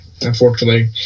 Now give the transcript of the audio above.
unfortunately